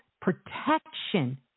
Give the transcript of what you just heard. protection